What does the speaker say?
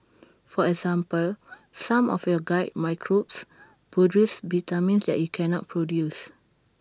for example some of your gut microbes produce vitamins that you cannot produce